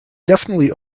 definitely